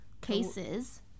cases